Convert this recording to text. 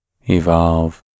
evolve